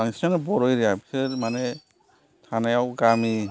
बांसिनानो बर' एरिया बिसोर माने थानायाव गामि